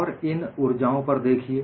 और इन ऊर्जाओं पर देखिए